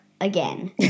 again